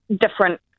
different